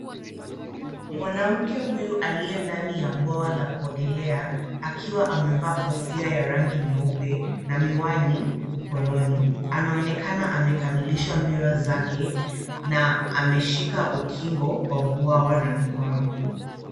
Mwanamke huyu aliye ndani ya bwawa la kuogelea, akiwa amevaa kofia ya rangi nyeupe na miwani mkononi. Anaonekana amekamilisha mbio zake na ameshika ukingo wa bwawa na mikono.